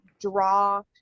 draw